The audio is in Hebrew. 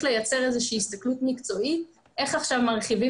לייצר איזושהי הסתכלות מקצועית איך עכשיו מרחיבים